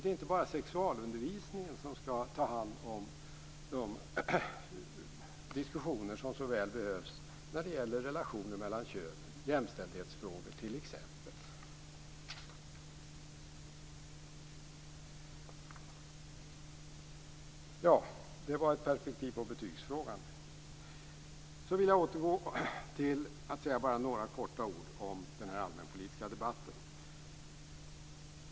Det är inte bara sexualundervisningen som skall ta hand om de diskussioner som så väl behövs när det gäller relationer mellan könen, t.ex. jämställdhetsfrågor. Det var ett perspektiv på betygsfrågan. Så vill jag återgå till att säga några korta ord om den allmänpolitiska debatten.